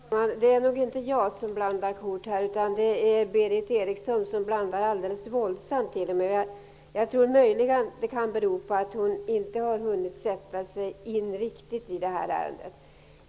Fru talman! Det nog inte jag som blandar ihop korten, utan det är Berith Eriksson som t.o.m. blandar helt våldsamt. Det kan möjligen bero på att hon inte har hunnit sätta sig in riktigt i detta ärende.